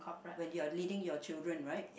when you are leading your children right